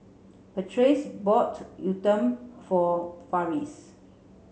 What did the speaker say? Patrice bought Uthapam for Farris